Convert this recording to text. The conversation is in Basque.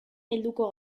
helduko